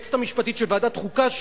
היועצת המשפטית של ועדת החוקה,